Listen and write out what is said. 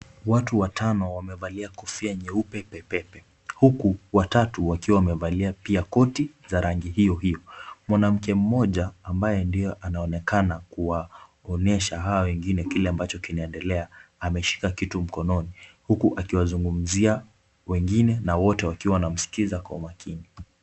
Watu watano wamevalia kofia nyeupe pepepe, huku watatu wakiwa wamevalia pia koti za rangi hiyo hiyo. Mwanamke mmoja ambaye ndiye anaonekana kuwaonyesha hao wengine kile ambacho kinaendelea, ameshika kitu mkononi, huku akiwazungumzia wengine na wote wakiwa wanamskiza kwa umakini.